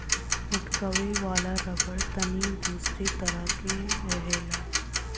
मेटकावे वाला रबड़ तनी दोसरे तरह के रहेला